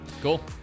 Cool